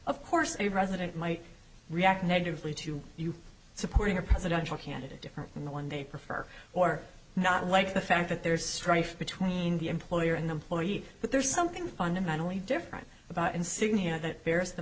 of course a president might react negatively to you supporting a presidential candidate different from the one they prefer or not like the fact that there's strife between the employer and employee but there's something fundamentally different about insignia that bears the